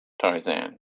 Tarzan